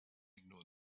ignore